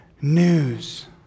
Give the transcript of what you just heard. news